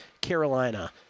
Carolina